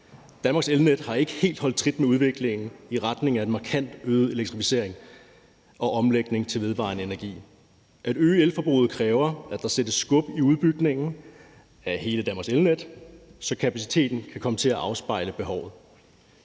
Danmarks elnet har ikke helt holdt trit med udviklingen i retning af en markant øget elektrificering og omlægning til vedvarende energi. At øge elforbruget kræver, at der sættes skub i udbygningen af hele Danmarks elnet, så kapaciteten kan komme til at afspejle behovet.